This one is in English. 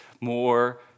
more